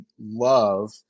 love